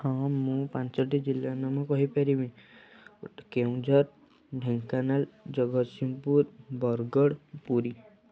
ହଁ ମୁଁ ପାଞ୍ଚଟି ଜିଲ୍ଲାର ନାମ କହିପାରିବି ଗୋଟେ କେଉଁଝର ଢେଙ୍କାନାଳ ଜଗତସିଂହପୁର ବରଗଡ଼ ପୁରୀ